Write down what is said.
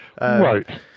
Right